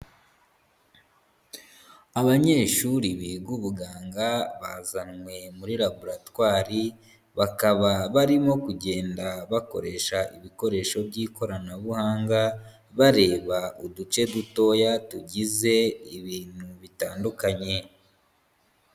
Abanyeshuri biga ubuganga bavanwe muri laboratoire. Bakaba barimo kugenda bakoresha ibikoresho by'ikoranabuhanga bareba uduce dutoya tugize ibintu bitandukanye.